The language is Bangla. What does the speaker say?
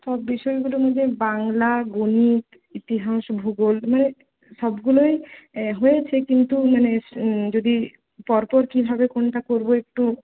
সব বিষয়গুলো মধ্যে বাংলা গণিত ইতিহাস ভূগোল মানে সবগুলোই হয়েছে কিন্তু মানে যদি পরপর কী ভাবে কোনটা করব একটু